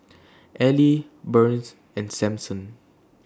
Elie Burns and Samson